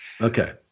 Okay